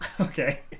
Okay